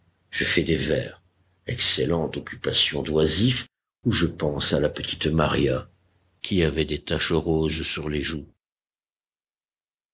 je fais des vers excellente occupation d'oisif ou je pense à la petite maria qui avait des taches roses sur les joues